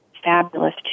Fabulous